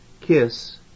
kiss